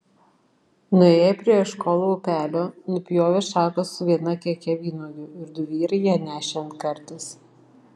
nuėję prie eškolo upelio nupjovė šaką su viena keke vynuogių ir du vyrai ją nešė ant karties